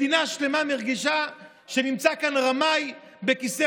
מדינה שלמה מרגישה שנמצא כאן רמאי בכיסא